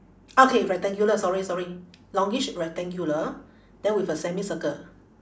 okay rectangular sorry sorry longish rectangular then with a semicircle